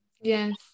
yes